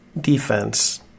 defense